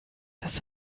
dass